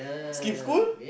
skip school